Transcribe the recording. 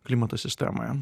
klimato sistemoje